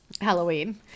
halloween